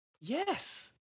Yes